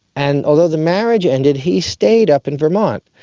and although the marriage ended he stayed up in vermont.